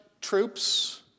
troops